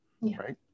right